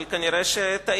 אבל נראה שטעיתי.